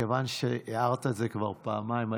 מכיוון שהערת את זה כבר פעמיים,